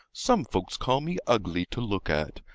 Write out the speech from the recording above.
some folks call me ugly to look at.